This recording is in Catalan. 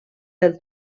del